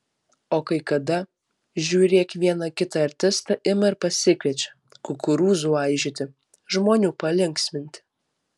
o kai kada žiūrėk vieną kitą artistą ima ir pasikviečia kukurūzų aižyti žmonių palinksminti